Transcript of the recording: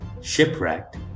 shipwrecked